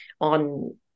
on